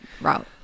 route